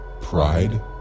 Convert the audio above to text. Pride